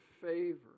favor